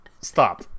stop